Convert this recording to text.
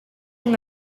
nka